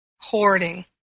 hoarding